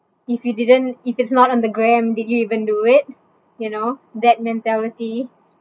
if you didn't if it's not on the gram did you even do it you know that mentality